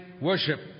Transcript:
worship